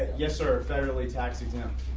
yes are federally tax exempt.